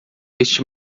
este